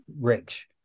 rich